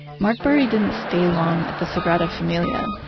mark burry didn't stay long at the sagrada familia.